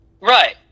Right